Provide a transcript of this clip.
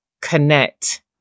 connect